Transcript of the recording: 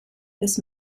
this